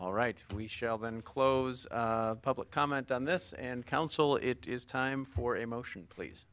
all right we shall then close public comment on this and counsel it is time for a motion please